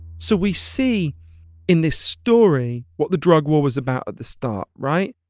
so we see in this story what the drug war was about at the start, right?